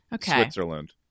Switzerland